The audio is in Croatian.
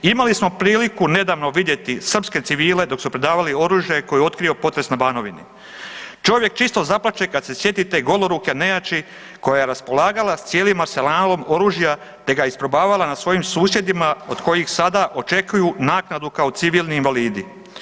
Imali smo priliku nedavno vidjeti srpske civile dok su predavali oružje koje je otkrio potres na Banovini, čovjek čisto zaplače kad se sjetite goloruke nejači koja je raspolagala cijelim arsenalom oružja te ga isprobavala na svojim susjedima od kojih sada očekuju naknadu kao civilni invalidi.